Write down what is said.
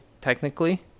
technically